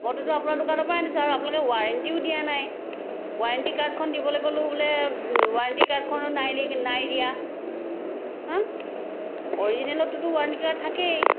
মইতোতো আপোনাৰ দোকানৰ পৰাই আনিছো আৰু আপোনালোকে ৱাৰেণ্টিও দিয়া নাই ৱাৰেণ্টি কাৰ্ডখন দিবলৈ ক'লো বোলে ৱাৰেণ্টি কাৰ্ডখনো নাই দি নাই দিয়া হা অৰিজিনেলতটোতো ৱাৰেণ্টি কাৰ্ড থাকেই